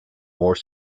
more